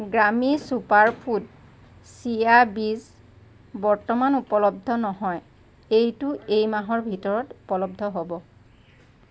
গ্ৰামী super food chia বীজ বৰ্তমান উপলব্ধ নহয় এইটো এই মাহৰ ভিতৰত ঊপলব্ধ হ'ব